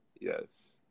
Yes